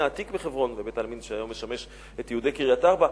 העתיק בחברון ובית-העלמין שהיום משמש את יהודי קריית-ארבע,